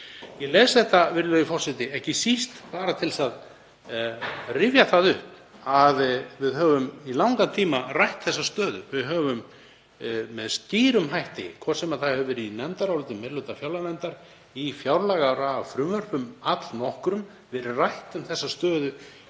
Ég les þetta, virðulegi forseti, ekki síst bara til að rifja það upp að við höfum í langan tíma rætt þessa stöðu. Við höfum með skýrum hætti, hvort sem það hefur verið í nefndaráliti meiri hluta fjárlaganefndar eða í fjárlagafrumvörpum allnokkrum, rætt um þessa stöðu